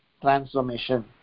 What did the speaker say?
transformation